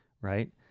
Right